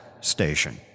station